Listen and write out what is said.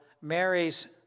Mary's